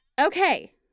Okay